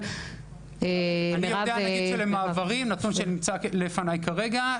אני יודע מנתון שנמצא לפני כרגע,